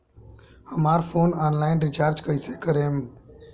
हमार phone online recharge कईसे करेम?